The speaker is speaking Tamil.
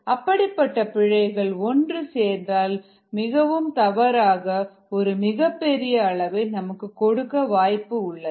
அப்படிப்பட்ட பிழைகள் ஒன்று சேர்ந்து மிகவும் தவறான ஒரு மிகப்பெரிய அளவை நமக்கு கொடுக்க வாய்ப்பு உள்ளது